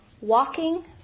Walking